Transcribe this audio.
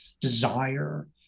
desire